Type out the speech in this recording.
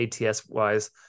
ATS-wise